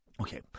Okay